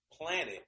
planet